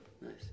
Nice